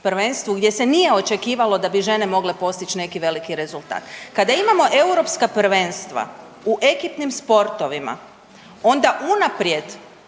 prvenstvu gdje se nije očekivalo da bi žene mogle postići neki veliki rezultat. Kada imamo europska prvenstva u ekipnim sportovima onda unaprijed